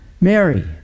Mary